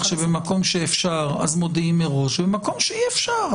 שבמקום שאפשר מודיעים מראש ובמקום שאי-אפשר,